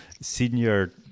senior –